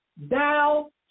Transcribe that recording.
Thou